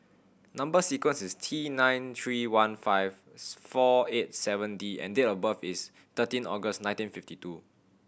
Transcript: number sequence is T nine three one five four eight seven D and date of birth is thirteen August nineteen fifty two